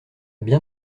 bien